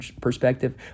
perspective